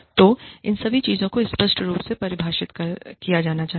तो इन सभी चीजों को स्पष्ट रूप से परिभाषित किया जाना चाहिए